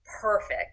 perfect